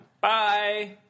Bye